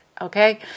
Okay